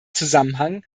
zusammenhang